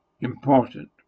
important